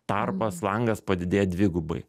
tarpas langas padidėja dvigubai